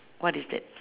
what is that